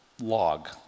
log